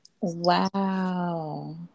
wow